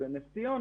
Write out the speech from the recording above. בנס ציונה